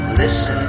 listen